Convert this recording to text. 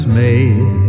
made